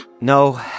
No